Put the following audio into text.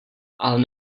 ale